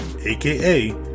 aka